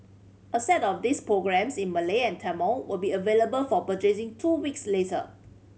a set of these programmes in Malay and Tamil will be available for purchasing two weeks later